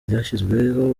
ryashyizweho